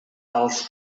els